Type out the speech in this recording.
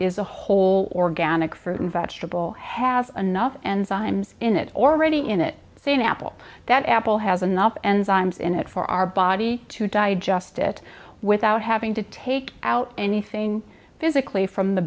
is a whole organic fruit and vegetable has another and symes in it already in it seen apple that apple has enough and symes in it for our body to digest it without having to take out anything physically from the